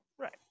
Right